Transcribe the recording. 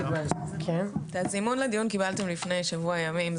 את הזימון לדיון קיבלתם לפני שבוע ימים,